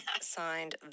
signed